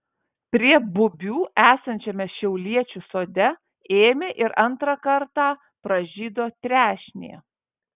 prie bubių esančiame šiauliečių sode ėmė ir antrą kartą pražydo trešnė